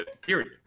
period